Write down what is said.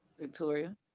Victoria